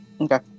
Okay